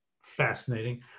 fascinating